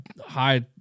high